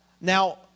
Now